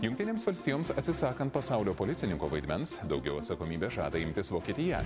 jungtinėms valstijoms atsisakant pasaulio policininko vaidmens daugiau atsakomybės žada imtis vokietija